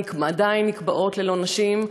עדיין נקבעות ללא נשים,